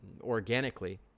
organically